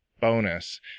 bonus